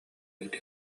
ити